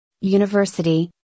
University